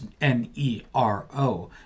N-E-R-O